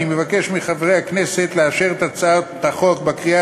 אני מבקש מחברי הכנסת לאשר את הצעת החוק בקריאה